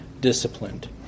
disciplined